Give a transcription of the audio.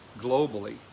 globally